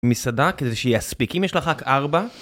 מסעדה כדי שיספיק. אם יש לך רק ארבע?